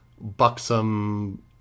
buxom